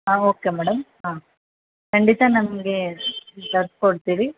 ಹಾಂ okay madam ಹಾಂ ಖಂಡಿತ ನಮಗೆ ಕೊಡ್ತೀವಿ